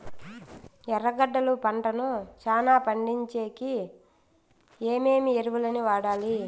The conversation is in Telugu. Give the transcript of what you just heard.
ఎర్రగడ్డలు పంటను చానా పండించేకి ఏమేమి ఎరువులని వాడాలి?